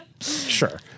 Sure